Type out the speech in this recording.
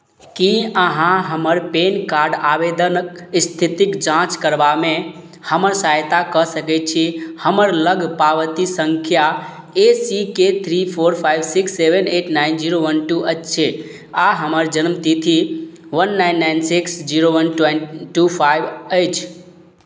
की अहाँ हमर PAN card आवेदनक स्थितिक जाँच करबामे हमर सहायता कऽ सकैत छी हमर लग पावती सङ्ख्या A C K three four five six seven eight nine zero one two अछि आ हमर जन्म तिथि one nine nine six zero one twenty two five अछि